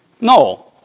No